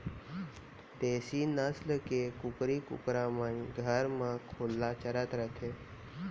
देसी नसल के कुकरी कुकरा मन घर म खुल्ला चरत रथें